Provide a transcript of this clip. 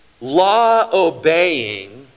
law-obeying